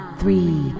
three